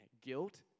guilt